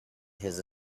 his